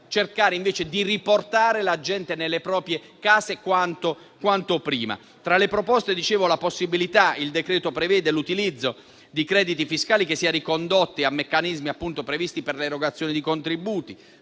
cercando di riportare la gente nelle proprie case quanto prima. Tra le proposte, il decreto prevede l'utilizzo di crediti fiscali che siano ricondotti a meccanismi previsti per l'erogazione di contributi,